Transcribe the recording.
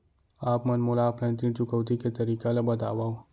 आप मन मोला ऑफलाइन ऋण चुकौती के तरीका ल बतावव?